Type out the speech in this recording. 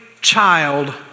child